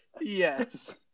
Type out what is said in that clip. Yes